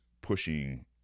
pushing